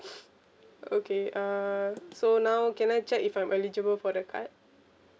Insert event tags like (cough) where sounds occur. (breath) okay uh so now can I check if I'm eligible for the card